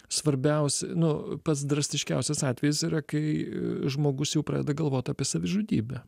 svarbiausi nu pats drastiškiausias atvejis yra kai žmogus jau pradeda galvot apie savižudybę